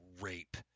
rape